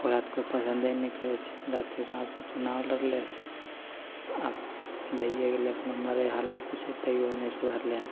ओकरा तऽ कोइ पसन्दे नहि करै छै बातके बातपर चुनाव लड़लै आब भैए गेलै अपना मरै हालतिमे छै तैओ नहि सुधरलै हँ